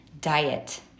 diet